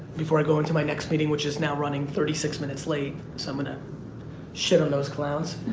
before i go into my next meeting which is now running thirty six minutes late so i'm gonna shit on those clowns.